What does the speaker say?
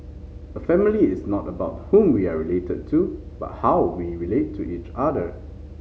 a family is not about whom we are related to but how we relate to each other